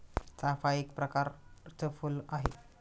चाफा एक प्रकरच फुल आहे